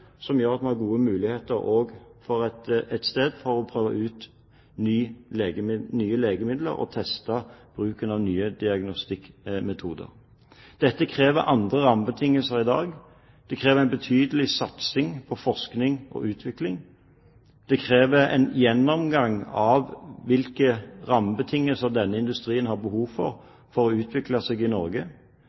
som gjør at vi har gode muligheter for å prøve ut nye legemidler og teste bruken av nye diagnostikkmetoder. I dag krever dette andre rammebetingelser. Det krever en betydelig satsing på forskning og utvikling. Det krever en gjennomgang av de rammebetingelsene denne industrien har behov for, for at den skal kunne utvikle seg i Norge.